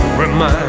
remind